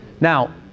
Now